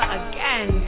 again